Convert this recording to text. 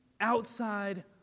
outside